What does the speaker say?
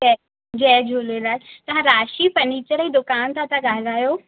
जय जय झूलेलाल तव्हां राशि फर्निचर जी दुकान सां था ॻाल्हायो